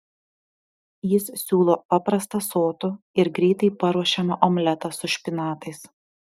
jis siūlo paprastą sotų ir greitai paruošiamą omletą su špinatais